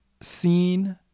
Seen